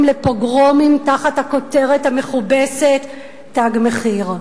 לפוגרומים תחת הכותרת המכובסת "תג מחיר".